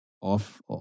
off